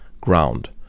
ground